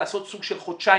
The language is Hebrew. לעשות סוג של חודשיים